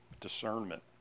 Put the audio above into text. discernment